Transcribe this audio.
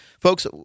Folks